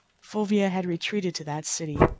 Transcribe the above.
fulvia had retreated to that city,